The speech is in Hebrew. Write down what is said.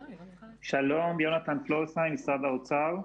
יונתן פלורסהיים, משרד האוצר.